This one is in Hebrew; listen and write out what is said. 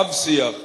רב-שיח,